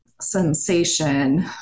sensation